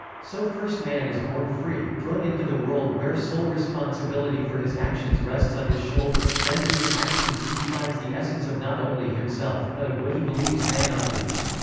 so first man is born free, thrown into the world where sole responsibility for his actions rests on his shoulders, then through his actions he defines the essence of not only himself, but of what he believes man ought to be.